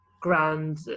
grand